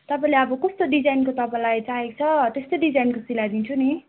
तपाईँले अब कस्तो डिजाइनको तपाईँलाई चाहिएको छ ह त्यस्तै डिजाइनको सिलाइदिन्छु नि